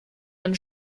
eine